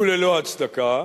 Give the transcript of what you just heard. וללא הצדקה,